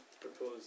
propose